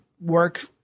work